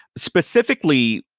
specifically,